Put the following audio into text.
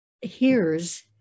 hears